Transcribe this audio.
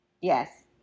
Yes